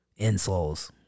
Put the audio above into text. insoles